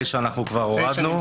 9 כבר הורדנו.